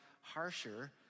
harsher